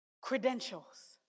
credentials